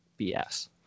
BS